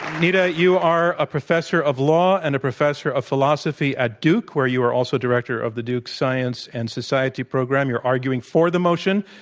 nita, you are a professor of law and a professor of philosophy at duke, where you are also director of the duke science and society program. you're arguing for the motion,